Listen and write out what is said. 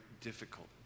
difficult